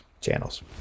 channels